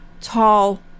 tall